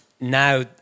now